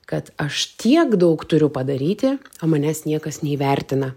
kad aš tiek daug turiu padaryti o manęs niekas neįvertina